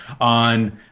on